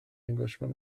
englishman